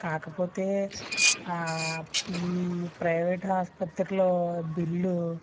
కాకపోతే పీ ప్రైవేట్ ఆస్పత్రుల్లో బిల్లు